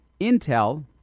Intel